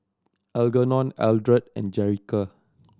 Algernon Eldred and Jerica